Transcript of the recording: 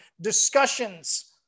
discussions